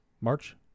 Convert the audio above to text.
March